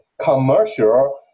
commercial